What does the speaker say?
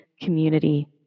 community